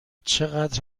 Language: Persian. چقدر